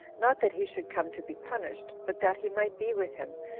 not that he should come to be punished, but that he might be with him,